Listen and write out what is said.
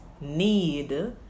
need